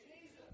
Jesus